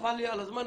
חבל לי על הזמן.